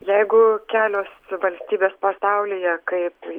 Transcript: jeigu kelios valstybės pasaulyje kaip